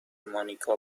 مانیکا